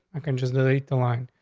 i can just delete the line,